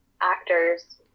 actors